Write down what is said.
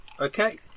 Okay